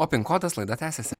o pin kodas laida tęsiasi